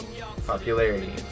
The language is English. popularity